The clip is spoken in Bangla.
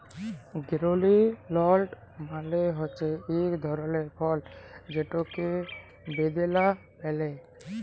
পমিগেরলেট্ মালে হছে ইক ধরলের ফল যেটকে বেদালা ব্যলে